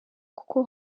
kuko